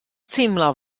teimlo